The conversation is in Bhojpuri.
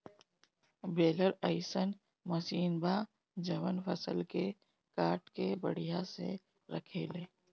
बेलर अइसन मशीन बा जवन फसल के काट के बढ़िया से रखेले